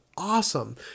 awesome